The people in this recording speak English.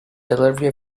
delivery